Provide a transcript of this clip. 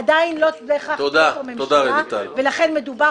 עדיין לא בהכרח תהיה פה ממשלה ולכן מדובר